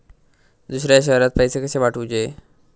दुसऱ्या शहरात पैसे कसे पाठवूचे?